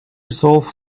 resolve